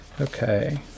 Okay